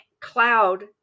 cloud